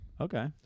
okay